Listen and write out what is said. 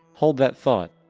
hold that thought.